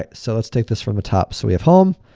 ah so, let's take this from the top. so we have home,